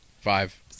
five